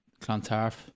Clontarf